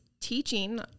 teaching